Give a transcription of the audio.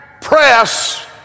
press